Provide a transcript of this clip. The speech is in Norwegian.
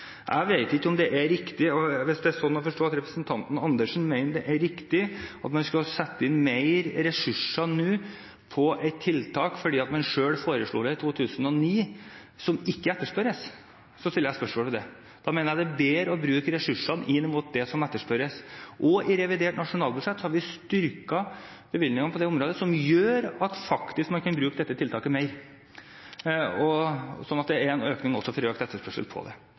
Jeg vet ikke om det er riktig – hvis det er sånn å forstå at representanten Andersen mener det – at man skal sette inn flere ressurser nå på et tiltak, fordi man selv foreslo det i 2009, som ikke etterspørres. Jeg stiller spørsmål ved det. Da mener jeg det er bedre å bruke ressursene inn mot det som etterspørres. I revidert nasjonalbudsjett har vi styrket bevilgningene på det området, som gjør at man faktisk kan bruke dette tiltaket mer, så det er en åpning også for økt etterspørsel etter det,